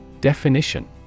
Definition